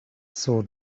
saw